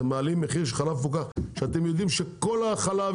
אתם מעלים מחיר של חלב מפוקח בידיעה שכל מוצרי החלב